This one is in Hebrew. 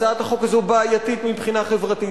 הצעת החוק הזו בעייתית מבחינה חברתית.